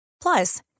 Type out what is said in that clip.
Plus